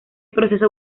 proceso